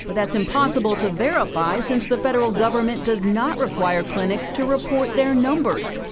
but that is impossible to verify since the federal government does not require clinics to report their numbers.